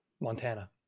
Montana